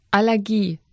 Allergie